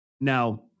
Now